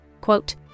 quote